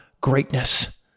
greatness